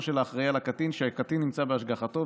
של האחראי לקטין שהקטין נמצא בהשגחתו,